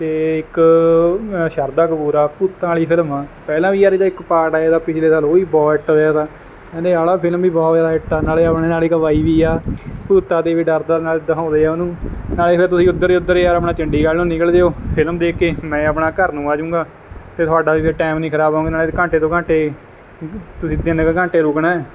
ਅਤੇ ਇੱਕ ਅ ਸ਼ਰਧਾ ਕਪੂਰ ਆ ਭੂਤਾਂ ਵਾਲੀ ਫਿਲਮ ਆ ਪਹਿਲਾਂ ਵੀ ਯਾਰ ਇਹਦਾ ਇੱਕ ਪਾਰਟ ਆਇਆ ਤਾ ਪਿਛਲੇ ਸਾਲ ਉਹ ਵੀ ਬਹੁਤ ਹਿੱਟ ਰਿਹਾ ਤਾ ਕਹਿੰਦੇ ਆਹ ਵਾਲਾ ਫ਼ਿਲਮ ਵੀ ਬਹੁਤ ਜ਼ਿਆਦਾ ਹਿੱਟ ਆ ਨਾਲੇ ਆਪਣੇ ਨਾਲ ਇੱਕ ਬਾਈ ਵੀ ਆ ਭੂਤਾਂ ਤੋਂ ਵੀ ਡਰਦਾ ਨਾਲੇ ਦਿਖਾਉਂਦੇ ਹਾਂ ਉਹਨੂੰ ਨਾਲੇ ਫਿਰ ਤੁਸੀਂ ਉੱਧਰ ਦੀ ਉੱਧਰ ਯਾਰ ਆਪਣਾ ਚੰਡੀਗੜ੍ਹ ਨੂੰ ਨਿਕਲ ਜਾਇਓ ਫਿਲਮ ਦੇਖ ਕੇ ਮੈਂ ਆਪਣਾ ਘਰ ਨੂੰ ਆਜੂਗਾ ਅਤੇ ਤੁਹਾਡਾ ਵੀ ਫਿਰ ਟਾਈਮ ਨਹੀਂ ਖ਼ਰਾਬ ਹੋਵੇਗੇ ਨਾਲੇ ਘੰਟੇ ਦੋ ਘੰਟੇ ਤੁਸੀਂ ਤਿੰਨ ਕੁ ਘੰਟੇ ਰੁਕਣਾ